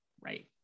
Right